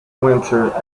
winter